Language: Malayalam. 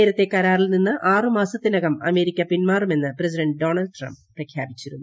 നേരത്തെ കരാറിൽ നിന്ന് ആറ് മാസത്തിനകം അമേരിക്ക പിൻമാറുമെന്ന് പ്രസിഡന്റ് ഡോണൾഡ് ട്രംപ് പ്രഖ്യാപിച്ചിരുന്നു